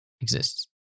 exists